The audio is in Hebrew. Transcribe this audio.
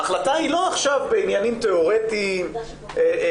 ההחלטה היא לא עכשיו בעניינים תיאורטיים נפרדים,